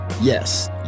Yes